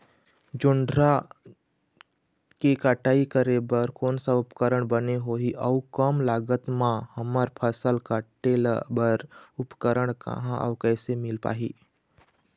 जोंधरा के कटाई करें बर कोन सा उपकरण बने होही अऊ कम लागत मा हमर फसल कटेल बार उपकरण कहा अउ कैसे मील पाही?